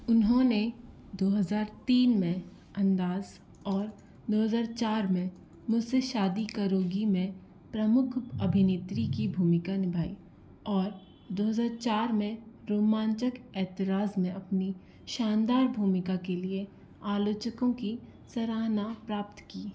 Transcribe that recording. उन्होंने दो हज़ार तीन में अंदाज़ और दो हज़ार चार में मुझसे शादी करोगी में प्रमुख अभिनेत्री की भूमिका निभाई और दो हज़ार चार में रोमांचक ऐतराज़ में अपनी शानदार भूमिका के लिए आलोचकों की सराहना प्राप्त की